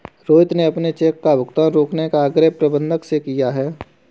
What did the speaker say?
रोहित ने अपने चेक का भुगतान रोकने का आग्रह प्रबंधक से किया है